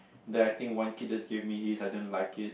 then I think one kid just gave me his I didn't like it